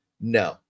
No